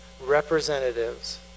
representatives